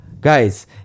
Guys